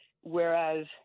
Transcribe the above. whereas